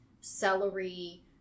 celery